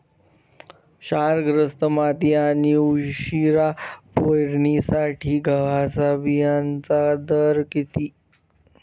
क्षारग्रस्त माती आणि उशिरा पेरणीसाठी गव्हाच्या बियाण्यांचा दर किती?